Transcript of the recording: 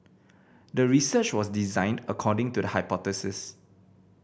the research was designed according to the hypothesis